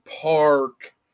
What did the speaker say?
Park